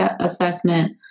assessment